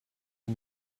are